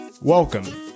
Welcome